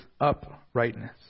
uprightness